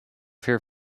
fear